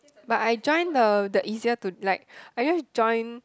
but I join the the easier to like I just join